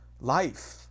life